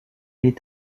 est